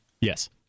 Yes